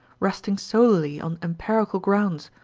resting solely on empirical grounds,